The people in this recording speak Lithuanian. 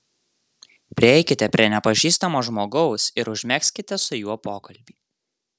prieikite prie nepažįstamo žmogaus ir užmegzkite su juo pokalbį